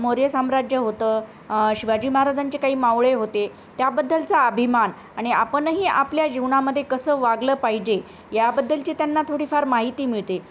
मौर्य साम्राज्य होतं शिवाजी महाराजांचे काही मावळे होते त्याबद्दलचा अभिमान आणि आपणही आपल्या जीवनामध्ये कसं वागलं पाहिजे याबद्दलची त्यांना थोडीफार माहिती मिळते